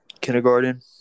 kindergarten